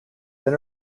been